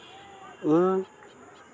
ᱤᱧ